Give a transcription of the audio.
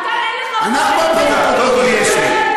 סליחה, אתה, אין לך, קודם כול, יש לי.